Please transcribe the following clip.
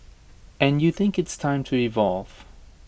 and you think it's time to evolve